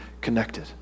connected